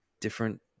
different